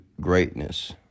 greatness